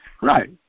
Right